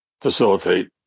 facilitate